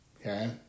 Okay